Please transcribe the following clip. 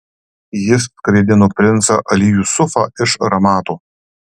jis skraidino princą ali jusufą iš ramato